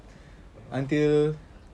until